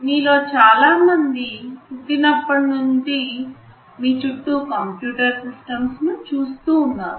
మీలో చాలా మంది పుట్టినప్పటి నుండి మీ చుట్టూ కంప్యూటర్ సిస్టమ్స్చూస్తూ ఉన్నారు